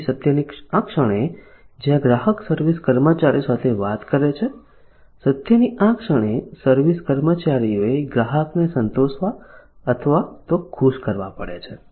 તેથી સત્યની આ ક્ષણે જ્યાં ગ્રાહક સર્વિસ કર્મચારીઓ સાથે વાતચીત કરે છે સત્યની આ ક્ષણે સર્વિસ કર્મચારીઓએ ગ્રાહકને સંતોષવા અથવા તો ખુશ કરવા પડે છે